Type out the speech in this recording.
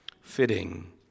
fitting